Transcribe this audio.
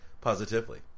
positively